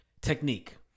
technique